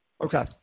Okay